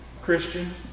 Christian